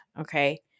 Okay